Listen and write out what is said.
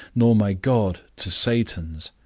nor my god to satan's.